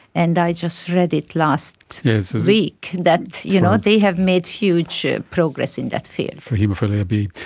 and i just read it last week that you know they have made huge progress in that field. for haemophilia b.